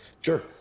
Sure